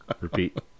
Repeat